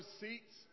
seats